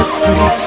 free